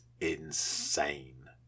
insane